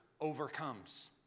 overcomes